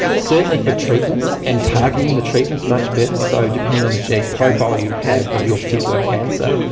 certainly for treatments and targeting the treatments much better. so depending on the genetic profile you have of your particular cancer,